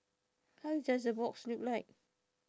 how is does the box look like